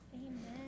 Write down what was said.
Amen